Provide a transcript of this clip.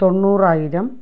തൊണ്ണൂറായിരം